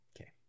Okay